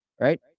Right